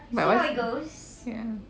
but on~ ya